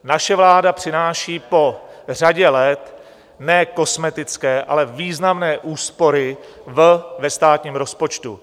Naše vláda přináší po řadě let ne kosmetické, ale významné úspory ve státním rozpočtu.